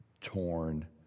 torn